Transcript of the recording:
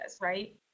right